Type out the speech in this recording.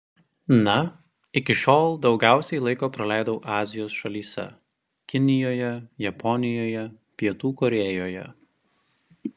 na iki šiol daugiausiai laiko praleidau azijos šalyse kinijoje japonijoje pietų korėjoje